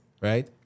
Right